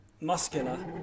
muscular